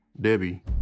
Debbie